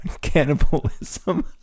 cannibalism